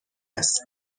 است